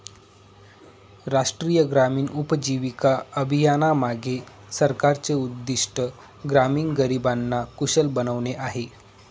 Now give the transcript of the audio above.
राष्ट्रीय ग्रामीण उपजीविका अभियानामागे सरकारचे उद्दिष्ट ग्रामीण गरिबांना कुशल बनवणे आहे